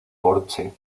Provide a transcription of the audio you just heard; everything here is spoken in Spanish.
porche